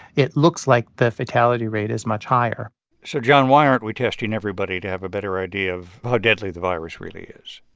it looks like the fatality rate is much higher so, jon, why aren't we testing everybody to have a better idea of how deadly the virus really is?